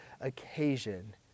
occasion